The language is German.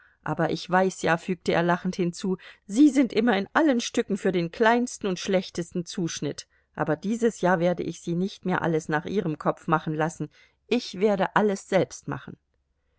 aber ich weiß ja fügte er lachend hinzu sie sind immer in allen stücken für den kleinsten und schlechtesten zuschnitt aber dieses jahr werde ich sie nicht mehr alles nach ihrem kopf machen lassen ich werde alles selbst machen